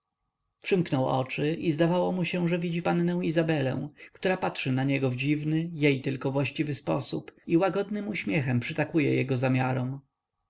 przymknął oczy i zdawało mu się że widzi pannę izabelę która patrzy na niego w dziwny jej tylko właściwy sposób i łagodnym uśmiechem przytakuje jego zamiarom